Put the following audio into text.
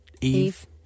Eve